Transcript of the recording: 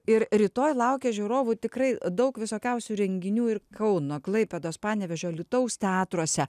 ir rytoj laukia žiūrovų tikrai daug visokiausių renginių ir kauno klaipėdos panevėžio alytaus teatruose